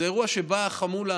זה אירוע שבאה החמולה,